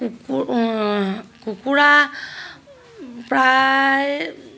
কুকু কুকুৰা প্ৰায়